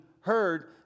heard